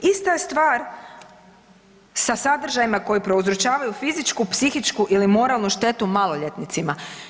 Ista je stvar sa sadržajima koji prouzročavaju fizičku, psihičku ili moralnu štetu maloljetnicima.